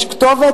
יש כתובת,